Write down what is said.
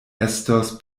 estos